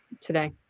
today